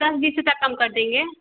दस बीस रुपये कम कर देंगे